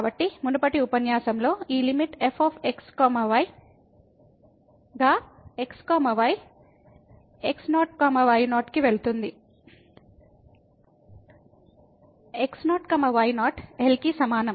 కాబట్టి మునుపటి ఉపన్యాసంలో ఈ limit f x y x y x0 y0 కి వెళుతుంది x0 y0 L కి సమానం